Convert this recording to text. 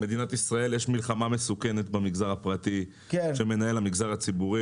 במדינת ישראל יש מלחמה מסוכנת במגזר הפרטי שמנהל המגזר הציבורי,